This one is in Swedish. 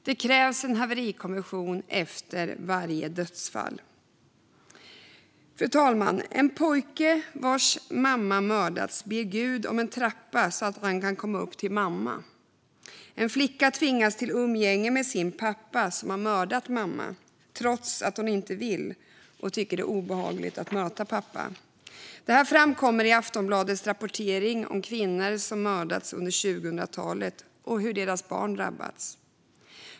Det krävs en haverikommission efter varje dödsfall. Fru talman! En pojke vars mamma mördats ber Gud om en trappa så att han kan komma upp till mamma. En flicka tvingas till umgänge med sin pappa, som har mördat mamma, trots att hon inte vill; hon tycker att det är obehagligt att möta pappa. Det här framkommer i Aftonbladets rapportering om kvinnor som har mördats under 2000-talet och hur deras barn har drabbats.